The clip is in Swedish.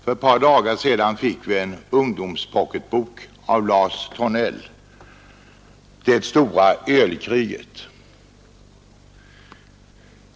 För ett par dagar sedan fick vi en ungdomspocketbok av Lars Thornell: ”Det stora ölkriget”.